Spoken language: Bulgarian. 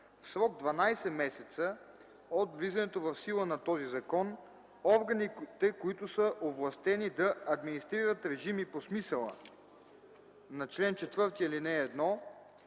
В срок 12 месеца от влизането в сила на този закон органите, които са овластени да администрират режими по смисъла на чл. 4, ал. 1,